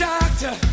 Doctor